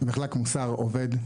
מחלק מוסר עובד.